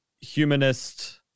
humanist